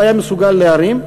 לא היה מסוגל להרים,